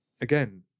again